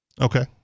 Okay